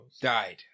Died